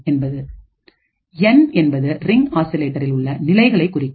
என் என்பது ரிங் ஆசிலேட்டரில் உள்ள நிலைகளைக் குறிக்கும்